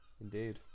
indeed